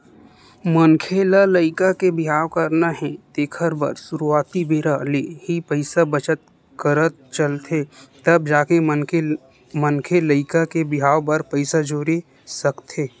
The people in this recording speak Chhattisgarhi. मनखे ल लइका के बिहाव करना हे तेखर बर सुरुवाती बेरा ले ही पइसा बचत करत चलथे तब जाके मनखे लइका के बिहाव बर पइसा जोरे सकथे